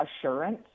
assurance